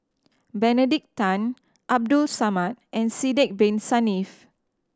Benedict Tan Abdul Samad and Sidek Bin Saniff